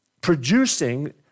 producing